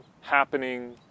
happening